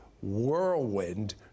whirlwind